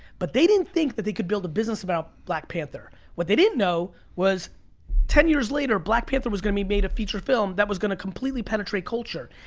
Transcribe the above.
but they didn't think that they could build a business around black panther. what they didn't know was ten years later, black panther was gonna be made a feature film that was gonna completely penetrate culture.